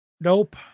Nope